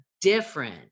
different